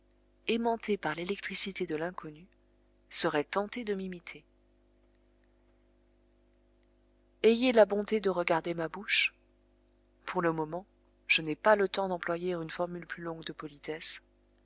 aimantés par l'électricité de l'inconnu seraient tentés de m'imiter ayez ma bonté de regarder ma bouche pour le moment je n'ai pas le temps d'employer une formule plus longue de politesse